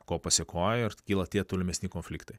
ko pasėkoj ir kyla tie tolimesni konfliktai